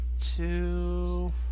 two